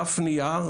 דף נייר,